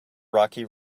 rocky